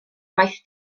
gwaith